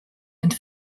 and